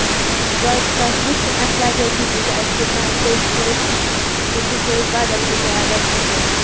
گۄڈٕ چھُ اَسہِ وُچھُن اَسہِ لَگیٛاہ چیٖز اَتہِ کِنہٕ نہَ تیٚلہِ چھِ أسۍ تیٚلہِ وُچھو أسۍ بدل کُنہِ جایہِ اَگر نہٕ اَسہِ لوٚگ